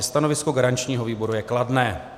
Stanovisko garančního výboru je kladné.